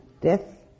death